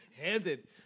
Handed